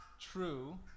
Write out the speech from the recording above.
true